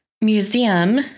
Museum